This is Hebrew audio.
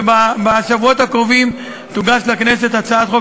ובשבועות הקרובים תוגש לכנסת הצעת חוק